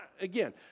again